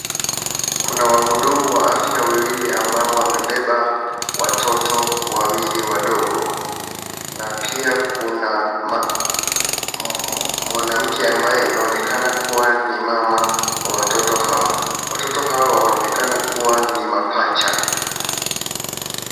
Kuna wahudumu wa afya wawili ambao wamebeba watoto wawili wadogo, na pia kuna mwanamke ambaye inaonekana kuwa ni mama wa watoto hao. Watoto hao wanaonekana kuwa ni mapacha.